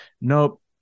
nope